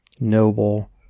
noble